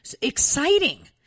exciting